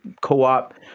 co-op